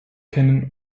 kennen